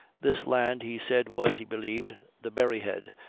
this land he said was, he believed, the berry-head,